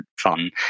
fun